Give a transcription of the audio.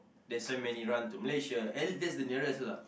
that's why many run to Malaysia and that's the nearest lah